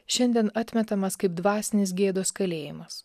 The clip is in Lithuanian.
šiandien atmetamas kaip dvasinis gėdos kalėjimas